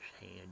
hand